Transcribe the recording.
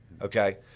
Okay